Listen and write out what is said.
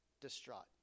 distraught